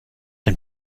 den